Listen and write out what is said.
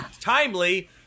Timely